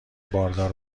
باردار